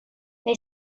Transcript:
they